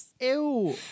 Ew